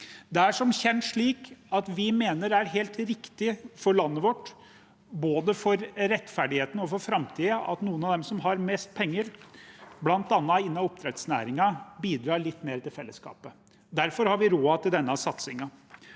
Det er som kjent slik at vi mener det er helt riktig for landet vårt, både for rettferdigheten og for framtiden, at noen av de som har mest penger, bl.a. i oppdrettsnæringen, bidrar litt mer til fellesskapet. Derfor har vi råd til denne satsingen.